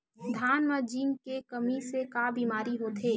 धान म जिंक के कमी से का बीमारी होथे?